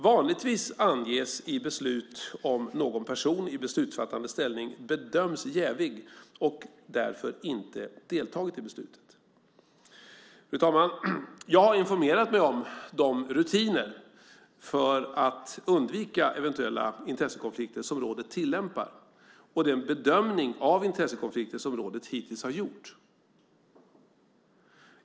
Vanligtvis anges i beslut om någon person i beslutsfattande ställning bedömts jävig och därför inte deltagit i beslutet. Fru talman! Jag har informerat mig om de rutiner för att undvika eventuella intressekonflikter som rådet tillämpar och den bedömning av intressekonflikter som rådet hittills har gjort.